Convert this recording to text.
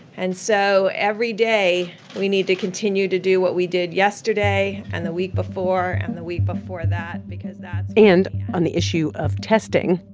and so every day we need to continue to do what we did yesterday and the week before and the week before that because that's. and on the issue of testing.